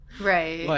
Right